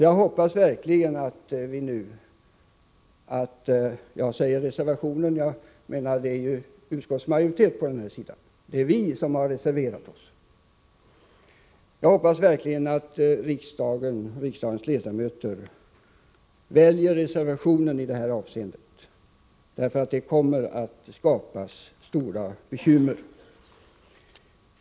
Jag hoppas således att riksdagens ledamöter väljer att bifalla reservationen — dvs. socialdemokraternas förslag — i detta fall. Annars kommer det att uppstå stora bekymmer.